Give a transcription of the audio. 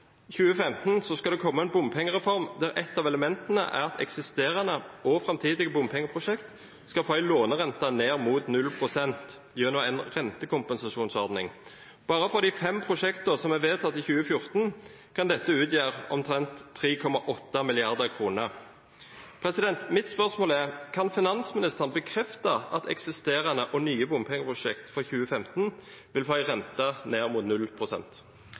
det komme en bompengereform der ett av elementene ville være at eksisterende og framtidige bompengeprosjekter skulle få en lånerente ned mot 0 pst. gjennom en rentekompensasjonsordning. Bare for de fem prosjektene som er vedtatt i 2014, kan dette utgjøre omtrent 3,8 mrd. kr. Mitt spørsmål er: Kan finansministeren bekrefte at eksisterende og nye bompengeprosjekter for 2015 vil få en rente ned mot